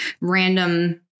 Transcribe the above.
random